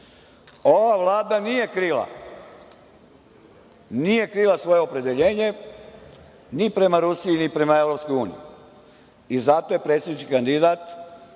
Ova Vlada nije krila svoje opredeljenje ni prema Rusiji, ni prema EU i zato je predsednički kandidat